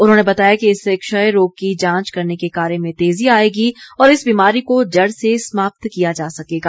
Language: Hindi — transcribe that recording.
उन्होंने बताया कि इससे क्षय रोग की जांच करने के कार्य में तेजी आएगी और इस बीमारी को जड़ से समाप्त किया जा सकेगा